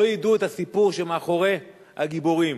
לא ידעו את הסיפור שמאחורי הגיבורים.